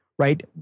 right